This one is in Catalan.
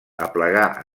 aplegar